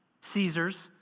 Caesars